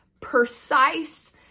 precise